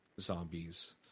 zombies